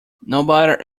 nobody